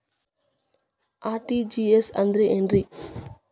RTGS ಅಂದ್ರ ಏನ್ರಿ?